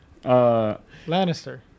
Lannister